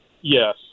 Yes